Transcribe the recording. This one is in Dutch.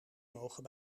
mogen